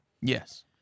Yes